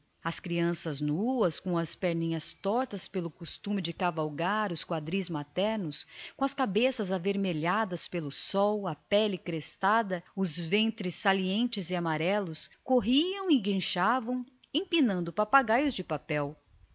as crianças nuas com as perninhas tortas pelo costume de cavalgar as ilhargas maternas as cabeças avermelhadas pelo sol a pele crestada os ventrezinhos amarelentos e crescidos corriam e guinchavam empinando papagaios de papel